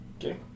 Okay